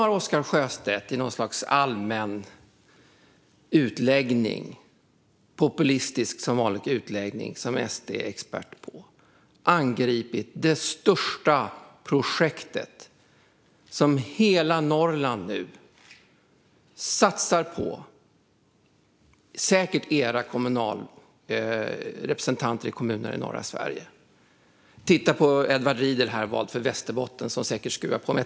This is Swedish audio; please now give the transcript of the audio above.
Oscar Sjöstedt har i något slags allmän utläggning - populistisk som vanligt, vilket SD är experter på - angripit det största projekt som hela Norrland nu satsar på, säkert även SD:s representanter i kommunerna i norra Sverige. Titta på Edward Riedl från Västerbotten, som sitter här i kammaren och säkert skruvar på sig.